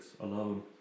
alone